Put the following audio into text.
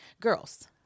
Girls